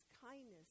kindness